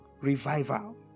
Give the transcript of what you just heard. revival